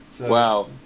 Wow